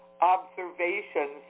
observations